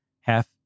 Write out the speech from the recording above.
half